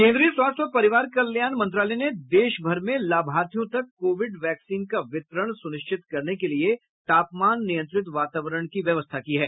केंद्रीय स्वास्थ्य और परिवार कल्याण मंत्रालय ने देश भर में लाभार्थियों तक कोविड वैक्सीन का वितरण सुनिश्चित करने के लिए तापमान नियंत्रित वातावरण की व्यवस्था की है